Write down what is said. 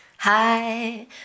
Hi